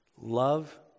Love